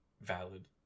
valid